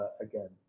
again